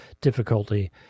difficulty